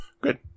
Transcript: Good